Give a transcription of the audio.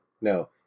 No